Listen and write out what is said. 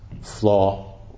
flaw